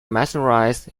mysterious